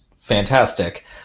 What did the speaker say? fantastic